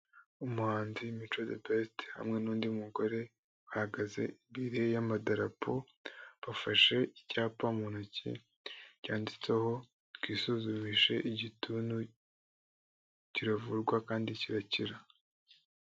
Umuhanzi mico the best hamwe n'undi mugore bahagaze imbere y'amadarapo bafashe icyapa mu ntoki cyanditseho twisuzushe igituntu kiravurwa kandi kirakira.